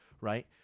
right